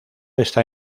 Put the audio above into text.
está